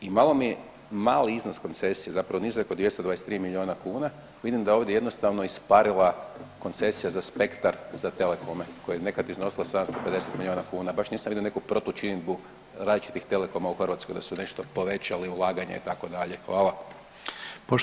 I malo mi je mali iznos koncesije zapravo nizak od 223 milijuna kuna, vidim da je ovdje jednostavno isparila koncesija za spektar za telekome koje je nekad iznosilo 750 milijuna kuna, baš nisam vidio neku protučinidbu različitih telekoma u Hrvatskoj da su nešto povećali ulaganja itd., hvala.